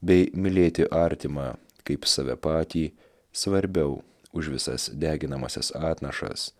bei mylėti artimą kaip save patį svarbiau už visas deginamąsias atnašas